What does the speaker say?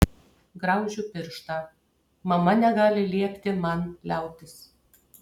graužiu pirštą mama negali liepti man liautis